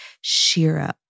Shira